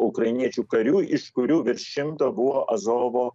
ukrainiečių karių iš kurių virš šimto buvo azovo